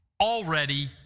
already